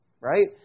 Right